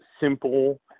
simple